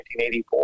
1984